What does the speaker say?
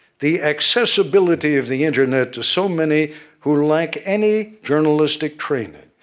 the accessibility of the internet to so many who lack any journalistic training,